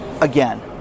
again